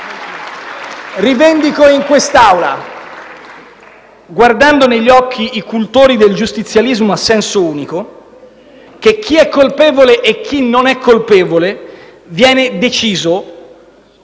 Rivendico in quest'Aula, guardando negli occhi i cultori del giustizialismo a senso unico, che chi è colpevole e chi non è colpevole viene deciso